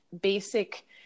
basic